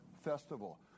festival